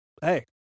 hey